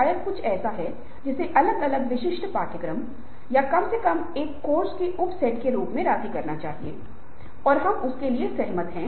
युद्ध के मैदान में किसी का कर्तव्य निभाना ही एकमात्र रास्ता है जिससे इस तरह की बातचीत से मुक्ति मिलती है और इससे प्रेरणा लेकर श्रीकृष्ण ने अर्जुन को एक ऊँचे विमान पर चढ़ा दिया और इससे कार्रवाई का मार्ग प्रशस्त हुआ